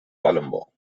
colombo